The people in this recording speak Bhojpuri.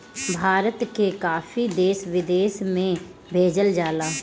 भारत के काफी देश विदेश में भेजल जाला